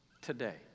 today